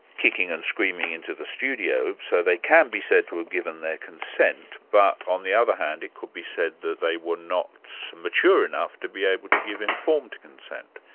kicking and screaming into the studio, so they can be said to have given their consent, but on the other hand it could be said that they were not so mature enough to be able to give informed consent.